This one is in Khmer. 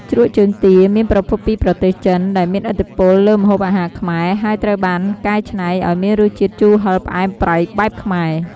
ជ្រក់ជើងទា មានប្រភពពីប្រទេសចិន ដែលមានឥទ្ធិពលលើម្ហូបអាហារខ្មែរ ហើយត្រូវបានកែច្នៃឱ្យមានរសជាតិជូរហឹរផ្អែមប្រៃបែបខ្មែរ។